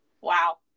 wow